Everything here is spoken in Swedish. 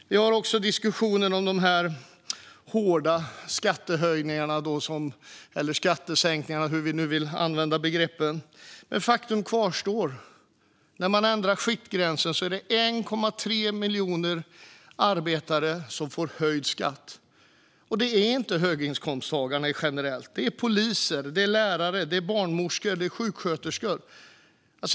Vi har också diskussionen om de hårda skattehöjningarna - eller skattesänkningarna, hur vi nu vill använda begreppen. Faktum kvarstår: När man ändrar skiktgränsen är det 1,3 miljoner arbetare som får höjd skatt. Det handlar generellt inte om höginkomsttagare utan om poliser, lärare, barnmorskor och sjuksköterskor.